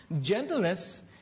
gentleness